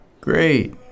Great